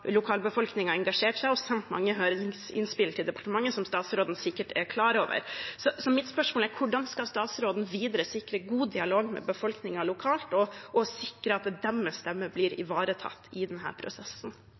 engasjert seg og sendt mange høringsinnspill til departementet, noe statsråden sikkert er klar over. Mitt spørsmål er: Hvordan skal statsråden videre sikre en god dialog med befolkningen lokalt og sikre at deres stemme blir